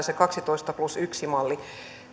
se kaksitoista plus yksi malli